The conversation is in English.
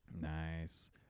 Nice